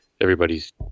everybody's